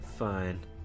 Fine